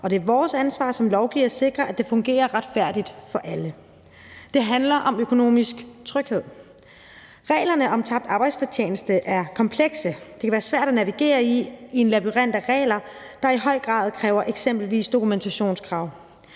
det er vores ansvar som lovgivere at sikre, at det fungerer retfærdigt for alle. Det handler om økonomisk tryghed. Reglerne om tabt arbejdsfortjeneste er komplekse. Det kan være svært at navigere i en labyrint af regler, der i høj grad kræver eksempelvis dokumentationskrav.